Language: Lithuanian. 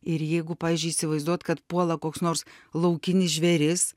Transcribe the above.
ir jeigu pavyzdžiui įsivaizduot kad puola koks nors laukinis žvėris